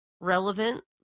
relevant